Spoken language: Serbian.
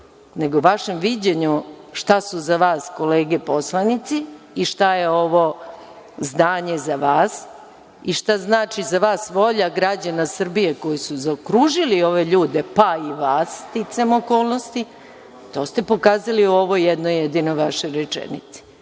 nego vašem viđenju šta su za vas kolege poslanici i šta je ovo zdanje za vas i šta znači za vas volja građana Srbije koji su zaokružili ove ljude, pa i vas sticajem okolnosti, to ste pokazali u ovoj jednoj jedinoj vašoj rečenici. Dakle,